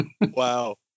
Wow